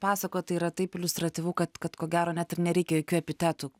pasakojat tai yra taip iliustratyvu kad kad ko gero net nereikia jokių epitetų